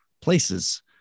places